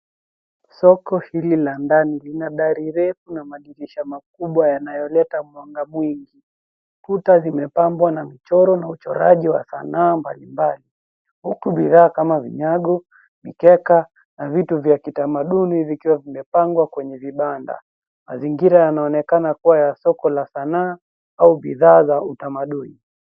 Soko hili la ndani lina dari refu na madirisha makubwa yanayoleta mwanga mwingi. Kuta zimepambwa na mchoro na uchoraji wa sanaa mbalimbali huku bidhaa kama vinyago, mikeka na vitu vya kitamaduni vikiwa vimepangwa kwenye vibanda. Mazingira yanaonekana kuwa ya soko la sanaa au bidhaa za utamaduni.